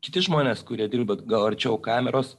kiti žmonės kurie dirba gal arčiau kameros